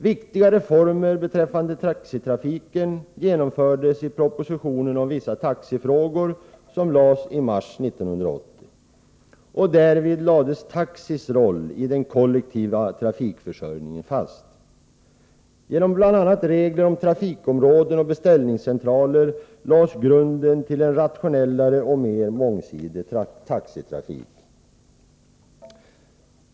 Viktiga reformer genomfördes efter antagandet av propositionen om vissa taxifrågor som framlades i mars 1980. Därvid fastlades taxis roll i den kollektiva trafikförsörjningen. Genom bl.a. regler om trafikområden och beställningscentraler lades grunden till en rationellare och mer mångsidig taxitrafik.